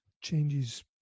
changes